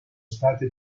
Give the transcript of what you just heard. state